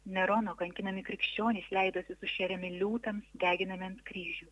nerono kankinami krikščionys leidosi sušeriami liūtams deginami ant kryžių